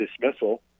dismissal